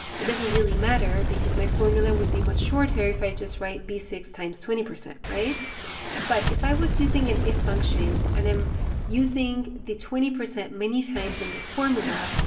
it doesn't really matter because my formula will be much shorter if i just write b six times twenty, right? but if i was using an if function, and i'm using the twenty percent many times in this formula,